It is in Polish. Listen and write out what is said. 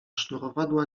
sznurowadła